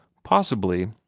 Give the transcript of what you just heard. possibly,